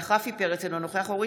אינו נוכח רפי פרץ,